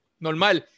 Normal